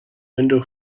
window